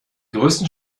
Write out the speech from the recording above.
größten